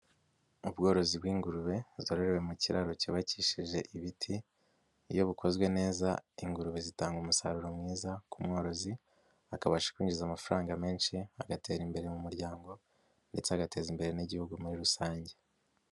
Ubworozi bw'ingurube zororerewe mu kiraro cyubakishije ibiti, iyo bukozwe neza ingurube zitanga umusaruro mwiza ku mworozi, akabasha kwinjiza amafaranga menshi, agatera imbere mu muryango ndetse agateza imbere n'igihugu muri rusange.